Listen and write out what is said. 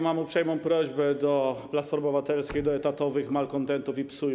Mam uprzejmą prośbę do Platformy Obywatelskiej, do etatowych malkontentów i psujów.